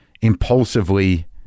impulsively